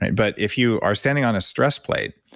but if you are sending on a stress plate,